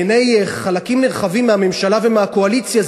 בעיני חלקים נרחבים מהממשלה ומהקואליציה,